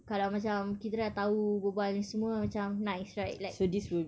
kalau macam kita dah tahu berbual ni semua macam nice right like